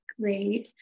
Great